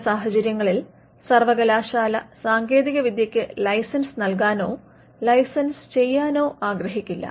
ചില സാഹചര്യങ്ങളിൽ സർവകലാശാല സാങ്കേതികവിദ്യക്ക് ലൈസൻസ് നൽകാനോ ലൈസൻസ് ചെയ്യാനോ ആഗ്രഹിക്കില്ല